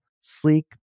sleek